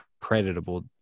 creditable